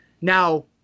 now